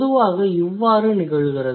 பொதுவாக இவ்வாறு நிகழ்கிறது